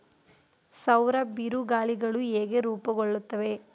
ಸೌರ ಬಿರುಗಾಳಿಗಳು ಹೇಗೆ ರೂಪುಗೊಳ್ಳುತ್ತವೆ?